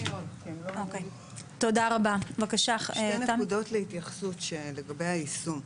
שתי נקודות להתייחסות לגבי היישום.